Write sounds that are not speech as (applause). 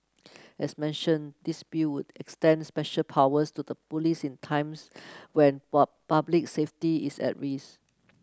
as mentioned this Bill would extend special powers to the police in times when (unintelligible) public safety is at risk